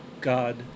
god